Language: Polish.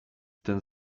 ten